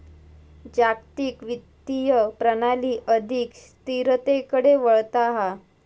जागतिक वित्तीय प्रणाली अधिक स्थिरतेकडे वळता हा